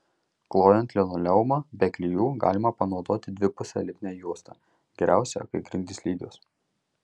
klojant linoleumą be klijų galima panaudoti dvipusę lipnią juostą geriausia kai grindys lygios